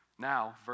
Now